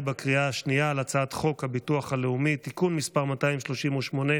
ההצבעה היא בקריאה השנייה על הצעת חוק הביטוח הלאומי (תיקון מס' 238,